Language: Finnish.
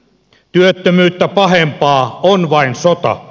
työttömyyttä pahempaa on vain sota